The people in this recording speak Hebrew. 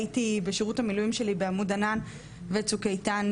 הייתי בשירות המילואים שלי ב"עמוד ענן" ו"צוק איתן",